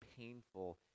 painful